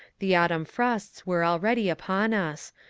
the autumn frosts were already upon us,